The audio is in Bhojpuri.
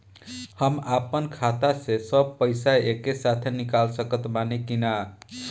हम आपन खाता से सब पैसा एके साथे निकाल सकत बानी की ना?